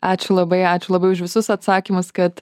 ačiū labai ačiū labai už visus atsakymus kad